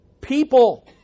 people